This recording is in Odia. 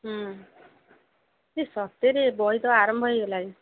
ହୁଁ ସେ ସତରେ ବହି ତ ଆରମ୍ଭ ହେଇଗଲା ଯେ